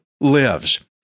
lives